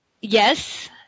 Yes